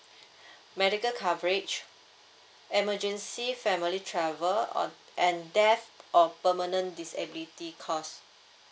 medical coverage emergency family travel or and death or permanent disability caused